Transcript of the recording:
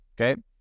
Okay